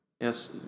Yes